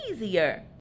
easier